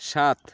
সাত